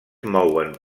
mouen